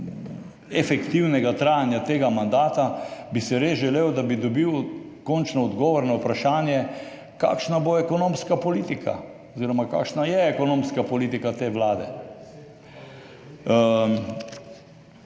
efektivnega trajanja tega mandata, bi si res želel, da bi dobil končno odgovor na vprašanje, kakšna bo ekonomska politika oziroma kakšna je ekonomska politika te vlade.